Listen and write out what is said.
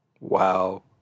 Wow